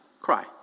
cry